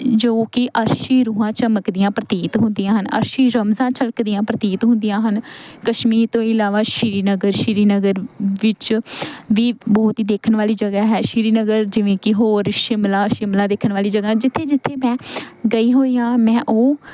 ਜੋ ਕਿ ਅਰਸ਼ੀ ਰੂਹਾਂ ਚਮਕਦੀਆਂ ਪ੍ਰਤੀਤ ਹੁੰਦੀਆਂ ਹਨ ਅਰਸ਼ੀ ਰਮਜ਼ਾ ਛਲਕਦੀਆਂ ਪ੍ਰਤੀਤ ਹੁੰਦੀਆਂ ਹਨ ਕਸ਼ਮੀਰ ਤੋਂ ਇਲਾਵਾ ਸ਼੍ਰੀਨਗਰ ਸ਼੍ਰੀਨਗਰ ਵਿੱਚ ਵੀ ਬਹੁਤ ਹੀ ਦੇਖਣ ਵਾਲੀ ਜਗ੍ਹਾ ਹੈ ਸ਼੍ਰੀਨਗਰ ਜਿਵੇਂ ਕਿ ਹੋਰ ਸ਼ਿਮਲਾ ਸ਼ਿਮਲਾ ਦੇਖਣ ਵਾਲੀ ਜਗ੍ਹਾ ਜਿੱਥੇ ਜਿੱਥੇ ਮੈਂ ਗਈ ਹੋਈ ਹਾਂ ਮੈਂ ਉਹ